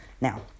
Now